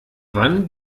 wann